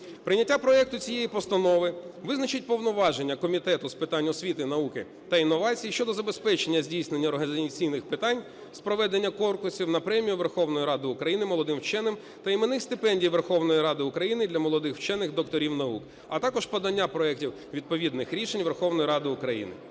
Прийняття проекту цієї постанови визначить повноваження Комітету з питань освіти, науки та інновацій щодо забезпечення здійснення організаційних питань з проведення конкурсів на Премію Верховної Ради України молодим ученим та іменних стипендій Верховної Ради України для молодих учених – докторів наук, а також подання проектів відповідних рішень Верховної Ради України.